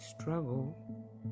struggle